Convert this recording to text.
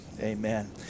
Amen